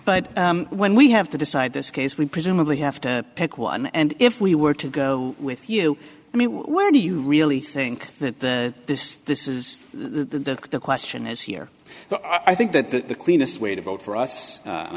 but when we have to decide this case we presumably have to pick one and if we were to go with you i mean where do you really think that the this this is the the question is here i think that the cleanest way to vote for us and